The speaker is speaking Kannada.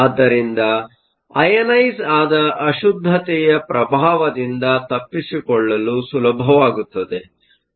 ಆದ್ದರಿಂದ ಅಯನೈಸ಼್ ಆದ ಅಶುದ್ಧತೆಯ ಪ್ರಭಾವದಿಂದ ತಪ್ಪಿಸಿಕೊಳ್ಳಲು ಸುಲಭವಾಗುತ್ತದೆ